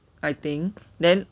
I think then